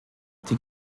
die